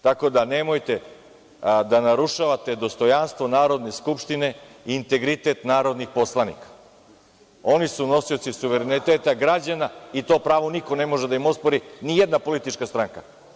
Tako da, nemojte da narušavate dostojanstvo Narodne skupštine i integritet narodnih poslanika, oni su nosioci suvereniteta građana i to pravo niko ne može da im ospori, ni jedna politička stranka.